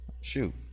Shoot